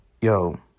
Yo